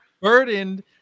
burdened